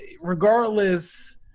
regardless